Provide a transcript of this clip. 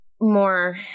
more